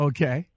Okay